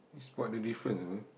spot the difference apa